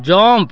jump